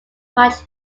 much